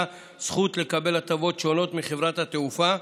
זכות לקבל הטבות שונות מחברת התעופה,